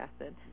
acid